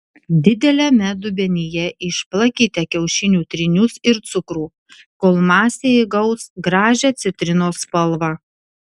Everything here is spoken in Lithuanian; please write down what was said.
dideliame dubenyje išplakite kiaušinių trynius ir cukrų kol masė įgaus gražią citrinos spalvą